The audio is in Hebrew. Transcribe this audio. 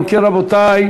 אם כן, רבותי,